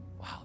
wow